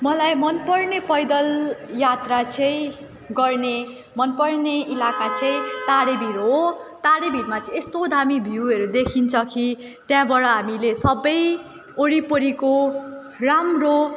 मलाई मनपर्ने पैदल यात्रा चाहिँ गर्ने मनपर्ने इलाका चाहिँ तारेभिर तारेभिरमा चाहिँ यस्तो दामी भ्यूहरू देखिन्छ कि त्यहाँबाट हामीले सबै वरिपरिको राम्रो